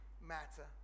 matter